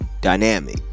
dynamic